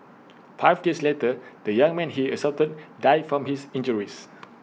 five days later the young man he assaulted died from his injuries